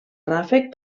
ràfec